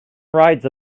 rides